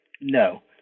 No